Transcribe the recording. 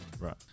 right